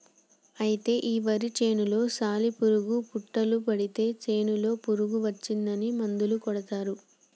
అయితే ఈ వరి చేనులో సాలి పురుగు పుట్టులు పడితే చేనులో పురుగు వచ్చిందని మందు కొడతారు